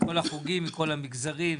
כל החוגים וכל המגזרים.